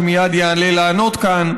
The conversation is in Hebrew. שמייד יעלה לענות כאן,